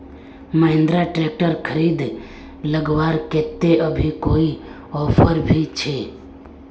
Mahindra tractor खरीद लगवार केते अभी कोई ऑफर भी छे?